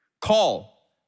call